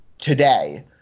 today